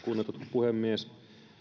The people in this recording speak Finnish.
puhemies tähän